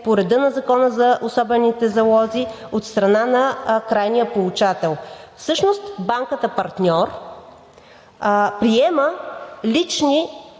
по реда на Закона за особените залози от страна на крайния получател? Всъщност банката партньор приема личните